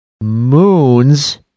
moons